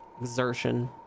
exertion